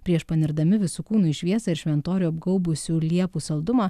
prieš panerdami visu kūnu į šviesą ir šventorių apgaubusių liepų saldumą